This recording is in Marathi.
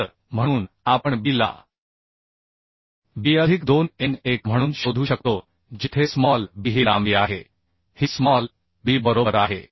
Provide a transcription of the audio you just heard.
तर म्हणून आपण b ला bअधिक 2 n 1 म्हणून शोधू शकतो जिथे स्मॉल b ही लांबी आहे ही स्मॉल b बरोबर आहे